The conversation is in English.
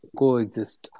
coexist